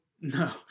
No